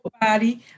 body